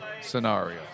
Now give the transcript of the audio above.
scenario